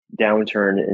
downturn